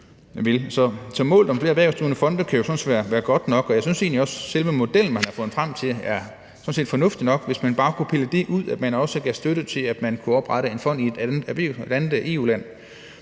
Så målet om flere erhvervsdrivende fonde kan jo sådan set være godt nok. Jeg synes egentlig også, at selve modellen, man har fundet frem til, er fornuftig nok, hvis bare man kunne pille det ud, at man også gav støtte til, at der kan oprettes en fond i et andet EU-land.